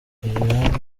ireland